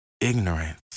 ignorance